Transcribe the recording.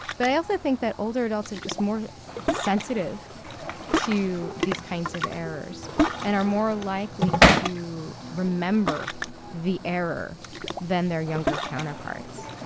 but i think that older adults are just more sensitive to these kinds of errors and are more likely to remember the error than their younger counterparts